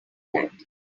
that